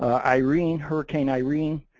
ah irene, hurricane irene,